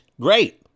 great